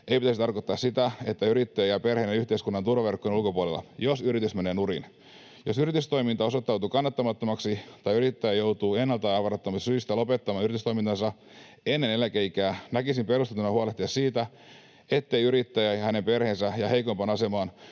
ei pitäisi tarkoittaa sitä, että yrittäjä jää perheineen yhteiskunnan turvaverkkojen ulkopuolelle, jos yritys menee nurin. Jos yritystoiminta osoittautuu kannattamattomaksi tai yrittäjä joutuu ennalta-arvaamattomista syistä lopettamaan yritystoimintansa ennen eläkeikää, näkisin perusteltuna huolehtia siitä, etteivät yrittäjä ja hänen perheensä jää heikompaan asemaan